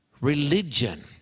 religion